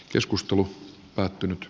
keskustelu päättyi